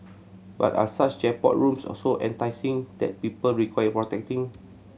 but are such jackpot rooms also enticing that people require protecting